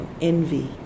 envy